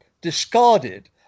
discarded